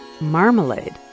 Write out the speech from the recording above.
Marmalade